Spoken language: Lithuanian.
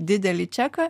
didelį čeką